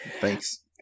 Thanks